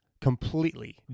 completely